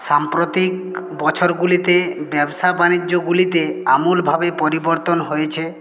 সাম্প্রতিক বছরগুলিতে ব্যবসা বাণিজ্যগুলিতে আমূলভাবে পরিবর্তন হয়েছে